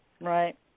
Right